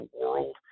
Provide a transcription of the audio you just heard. world